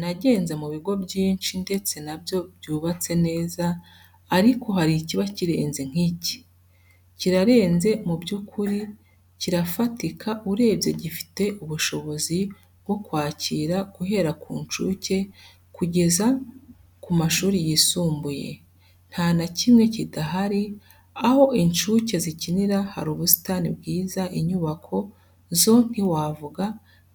Nagenze mu bigo byinshi ndetse na byo byubatse neza ariko hari ikiba kirenze nk'iki. Kirarenze muby'ukuri, kirafatika, urebye gifite ubushobozi bwo kwakira guhera ku ncuke kugeza ku mashuri yisumbuye, ntanakimwe kidahari, aho incuke zikinira hari ubusitani bwiza inyubako zo ntiwavuga